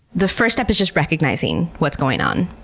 the first step is just recognizing what's going on.